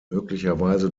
möglicherweise